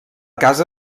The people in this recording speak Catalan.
casa